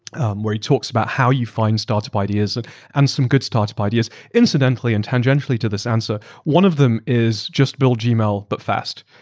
where he talks about how you find startup ideas and and some good startup ideas incidentally and tangentially to this answer. one of them is just build gmail but fast.